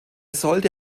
sollte